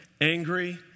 angry